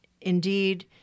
indeed